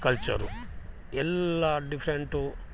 culture ಎಲ್ಲಾ different